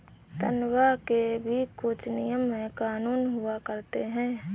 तन्ख्वाह के भी कुछ नियम और कानून हुआ करते हैं